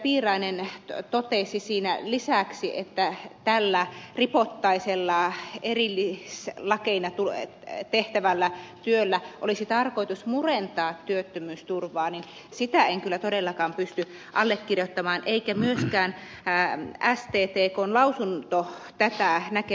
piirainen totesi siinä lisäksi että tällä ripottaisella erillislakeina tehtävällä työllä olisi tarkoitus murentaa työttömyysturvaa en kyllä todellakaan pysty allekirjoittamaan eikä myöskään sttkn lausunto tätä näkemystä puolla